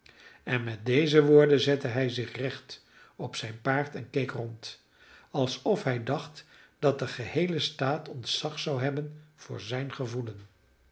en met deze woorden zette hij zich recht op zijn paard en keek rond alsof hij dacht dat de geheele staat ontzag zou hebben voor zijn gevoelen